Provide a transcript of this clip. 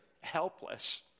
helpless